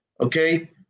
okay